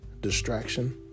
distraction